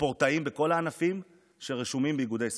ספורטאים בכל הענפים שרשומים באיגודי ספורט,